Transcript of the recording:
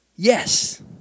Yes